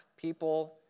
people